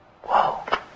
Whoa